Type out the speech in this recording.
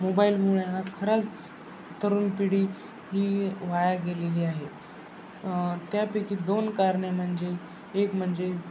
मोबाईलमुळे हा खराच तरुण पिढी ही वाया गेलेली आहे त्यापैकी दोन कारणे म्हणजे एक म्हणजे